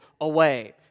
away